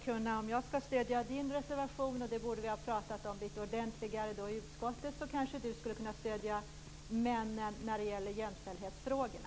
Men om jag skall stödja er reservation kanske ni skulle kunna stödja de manliga reservanterna vad gäller jämställdhetsfrågorna.